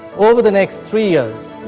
over the next three years,